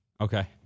Okay